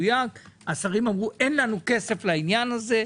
השרים אמרו: אין לנו כסף לעניין הזה.